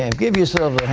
and give yourselves